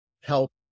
help